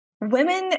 Women